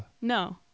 no